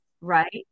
right